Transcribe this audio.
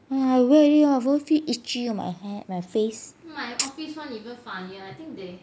!wah! I wear already hor I feel itchy on my hair my face